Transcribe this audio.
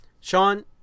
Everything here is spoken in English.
Sean